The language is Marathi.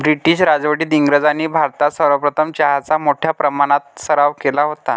ब्रिटीश राजवटीत इंग्रजांनी भारतात सर्वप्रथम चहाचा मोठ्या प्रमाणावर सराव केला होता